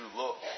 look